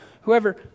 whoever